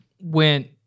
went